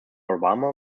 obama